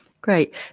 Great